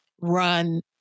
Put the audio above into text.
run